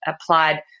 applied